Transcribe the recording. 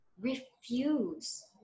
refuse